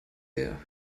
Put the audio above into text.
der